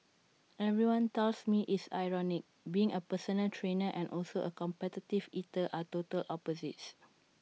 everyone tells me it's ironic being A personal trainer and also A competitive eater are total opposites